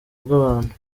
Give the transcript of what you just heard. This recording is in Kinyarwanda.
bw’abantu